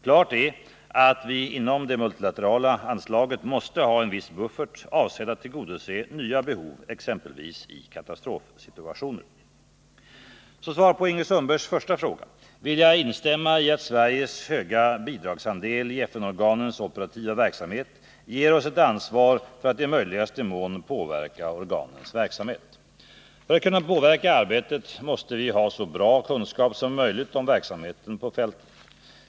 Klart är att vi inom det multilaterala anslaget måste ha en viss buffert avsedd att tillgodose nya behov, exempelvis i katastrofsituationer. Som svar på Ingrid Sundbergs första fråga vill jag instämma i att Sveriges höga bidragsandel i FN-organens operativa verksamhet ger oss ett ansvar för att i möjligaste mån påverka organens verksamhet. För att kunna påverka arbetet måste vi ha så bra kunskap som möjligt om verksamheten på fältet.